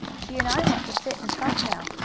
she and i want to sit and talk now.